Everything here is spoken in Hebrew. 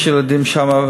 יש ילדים שמה,